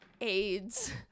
AIDS